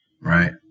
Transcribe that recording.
Right